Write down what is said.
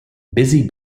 busy